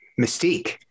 mystique